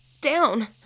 down